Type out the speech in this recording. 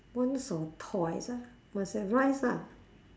once or twice ah must have rice lah